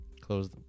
close